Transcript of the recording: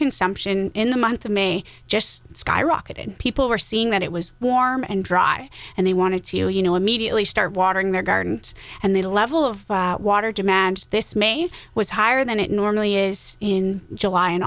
consumption in the month of may just skyrocketed people were seeing that it was warm and dry and they wanted to you know immediately start watering their gardens and the level of water demand this maine was higher than it normally is in july and